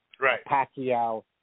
Pacquiao